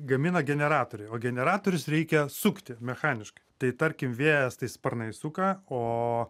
gamina generatoriai o generatorius reikia sukti mechaniškai tai tarkim vėjas tai sparnai suka o